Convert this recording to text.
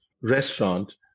restaurant